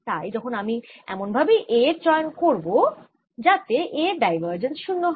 তাই এখন আমি এমন ভাবেই A এর চয়ন করব যাতে A এর ডাইভার্জেন্স 0 হয়